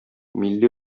милли